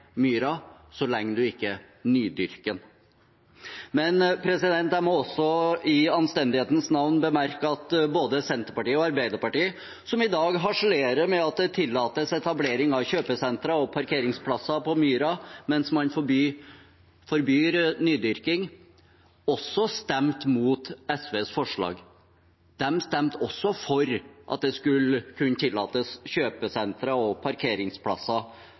myra så lenge man ikke nydyrker den. Men jeg må også i anstendighetens navn bemerke at både Senterpartiet og Arbeiderpartiet – som i dag harselerer over at det tillates etablering av kjøpesentre og parkeringsplasser på myra, mens man forbyr nydyrking – også stemte mot SVs forslag. De stemte også for at det skulle kunne tillates kjøpesentre og parkeringsplasser